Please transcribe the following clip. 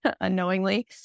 unknowingly